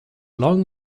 long